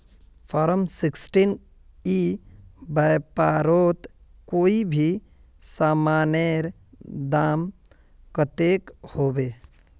Form sixteen ई व्यापारोत कोई भी सामानेर दाम कतेक होबे?